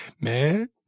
man